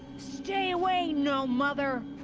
stay away, no-mother!